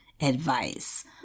advice